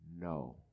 no